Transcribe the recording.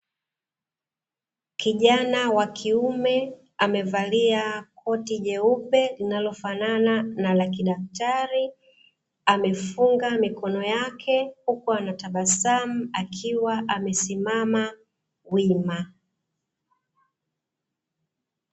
Kijana wa kiume amevalia koti jeupe linalofanana na lakidaktari, amefunga mikono yake, huku akitabasamu akiwa amesimama wima.